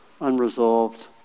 unresolved